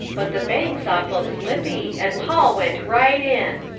but the bank's awful slippy and paul went right in.